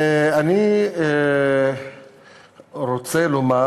ואני רוצה לומר